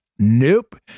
Nope